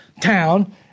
town